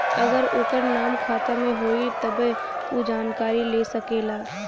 अगर ओकर नाम खाता मे होई तब्बे ऊ जानकारी ले सकेला